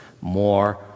more